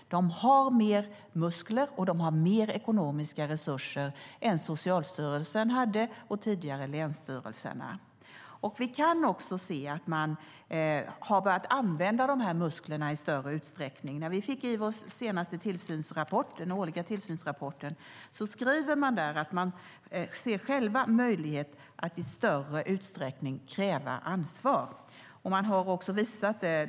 De har mer muskler och mer ekonomiska resurser än Socialstyrelsen och länsstyrelserna hade tidigare. Vi kan också se att de har börjat använda dessa muskler i större utsträckning. I den senaste rapporten från Ivo, den årliga tillsynsrapporten, skriver de att de själva ser möjlighet att i större utsträckning kräva ansvar. De har också visat det.